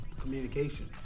communication